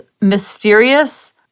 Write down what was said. mysterious